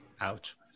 Ouch